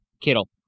Kittle